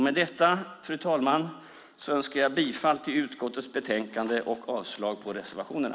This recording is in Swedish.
Med detta, fru talman, yrkar jag bifall till utskottets förslag i betänkandet och avslag på reservationerna.